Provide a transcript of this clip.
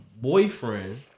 boyfriend